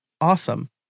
Awesome